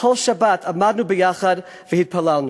כל שבת עמדנו ביחד והתפללנו.